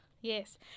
Yes